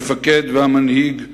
המפקד והמנהיג,